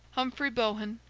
humphrey bohun,